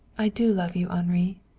i do love you, henri.